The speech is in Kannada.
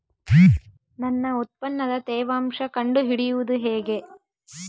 ನನ್ನ ಉತ್ಪನ್ನದ ತೇವಾಂಶ ಕಂಡು ಹಿಡಿಯುವುದು ಹೇಗೆ?